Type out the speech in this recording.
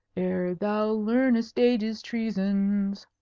ere thou learnest age's treasons!